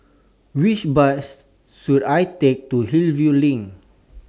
Which Bus should I Take to Hillview LINK